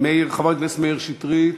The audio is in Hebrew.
חבר הכנסת מאיר שטרית,